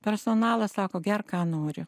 personalas sako gerk ką nori